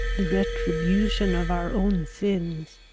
the retribution of our own sins,